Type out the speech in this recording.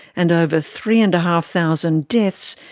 and over three and a half thousand deaths,